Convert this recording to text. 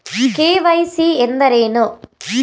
KYC ಎಂದರೇನು?